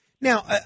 Now